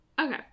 Okay